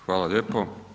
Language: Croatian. Hvala lijepo.